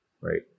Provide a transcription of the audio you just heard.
right